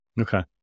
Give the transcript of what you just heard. Okay